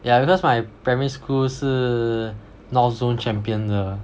yeah because my primary school 是 north zone champion 的